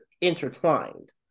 intertwined